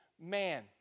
man